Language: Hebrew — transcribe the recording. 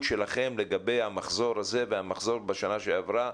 שלכם לגבי המחזור הזה והמחזור בשנה שעברה,